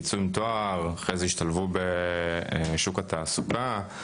ייצאו עם תואר ואחרי זה ישתלבו בשוק התעסוקה,